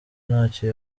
nacyo